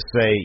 say